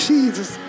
Jesus